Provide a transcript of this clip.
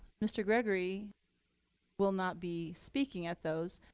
mr. gregory will not be speaking at those.